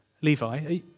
Levi